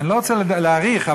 רוצה להאריך,